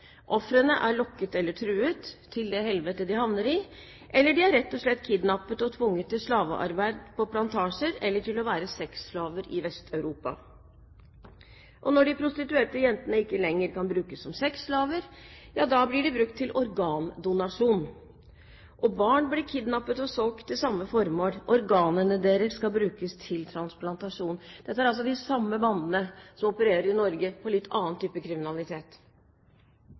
Ofrene er lokket eller truet til det helvetet de havner i, eller de er rett og slett kidnappet og tvunget til slavearbeid på plantasjer eller til å være sexslaver i Vest-Europa. Når de prostituerte jentene ikke lenger kan brukes som sexslaver, blir de brukt til organdonasjon. Barn blir kidnappet og solgt til samme formål. Organene deres skal brukes til transplantasjon. Dette er altså de samme bandene som opererer i Norge med en litt annen type kriminalitet.